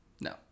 No